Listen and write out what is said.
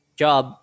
job